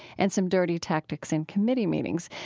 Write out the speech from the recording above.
and some dirty tactics in committee meetings.